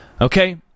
Okay